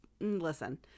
listen